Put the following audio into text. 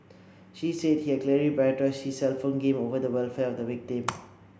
she said he clearly prioritised his cellphone game over the welfare of the victim